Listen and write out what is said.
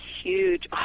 huge